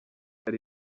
ari